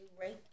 right